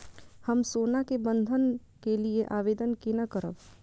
हम सोना के बंधन के लियै आवेदन केना करब?